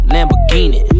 Lamborghini